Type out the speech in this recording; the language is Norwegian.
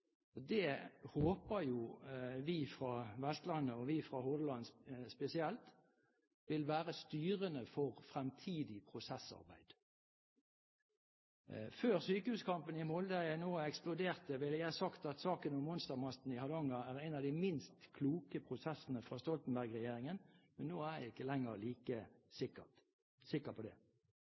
og det håper vi fra Vestlandet – og vi fra Hordaland spesielt – vil være styrende for fremtidig prosessarbeid. Før sykehuskampen i Molde eksploderte, ville jeg sagt at saken om monstermastene i Hardanger er en av de minst kloke prosessene fra Stoltenberg-regjeringen. Men nå er jeg ikke lenger like sikker på det.